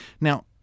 Now